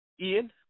Ian